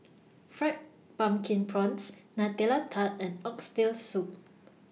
Fried Pumpkin Prawns Nutella Tart and Oxtail Soup